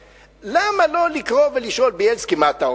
למה לא לקרוא ולשאול: בילסקי, מה אתה אומר?